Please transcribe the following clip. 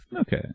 Okay